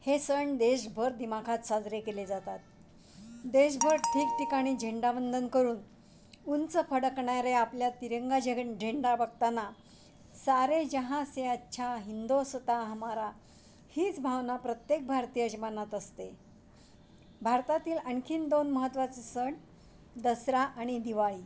हे सण देशभर दिमाखात साजरे केले जातात देशभर ठिकठिकाणी झेंडावंदन करून उंच फडकणारे आपल्या तिरंगा झेग झेंडा बघताना सारे जहाँ से अच्छा हिंदोस्ताँ हमारा हीच भावना प्रत्येक भारतीयाच्या मनात असते भारतातील आणखी दोन महत्त्वाचे सण दसरा आणि दिवाळी